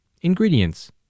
Ingredients